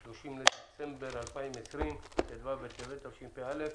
30 בדצמבר 2020, ט"ו בטבת תשפ"א.